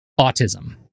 autism